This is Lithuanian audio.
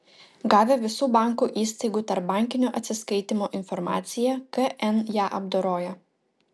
gavę visų bankų įstaigų tarpbankinių atsiskaitymų informaciją kn ją apdoroja